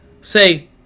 say